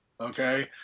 Okay